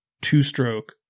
two-stroke